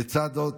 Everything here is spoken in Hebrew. לצד זאת,